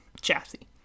chassis